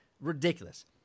Ridiculous